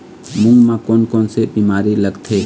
मूंग म कोन कोन से बीमारी लगथे?